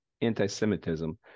anti-Semitism